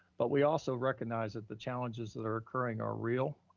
but we also recognize that the challenges that are occurring are real.